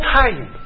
time